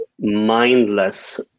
mindless